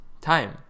time